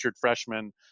freshman –